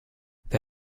wer